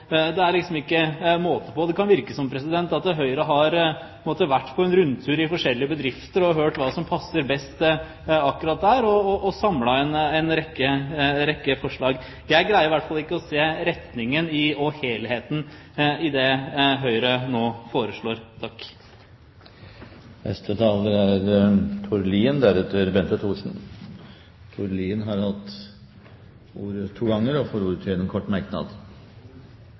det er liksom ikke måte på. Det kan virke som om Høyre har vært på en rundtur i forskjellige bedrifter og hørt på hva som passer best akkurat der, og samlet inn en rekke forslag. Jeg greier i hvert fall ikke å se retningen og helheten i det Høyre nå foreslår. Tord Lien har hatt ordet to ganger og får ordet til en kort merknad,